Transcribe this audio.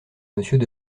monsieur